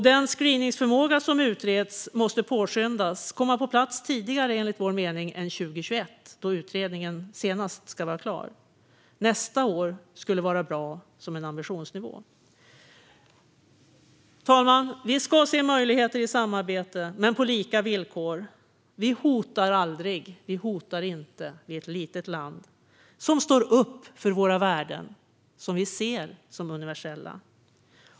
Den screeningsförmåga som utreds måste påskyndas och enligt vår mening komma på plats tidigare än 2021, då utredningen senast ska vara klar. Nästa år skulle vara bra som en ambitionsnivå. Fru talman! Vi ska se möjligheter i samarbete men på lika villkor. Vi hotar aldrig. Vi är ett litet land som står upp för våra värden, som vi ser som universella.